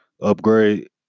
upgrade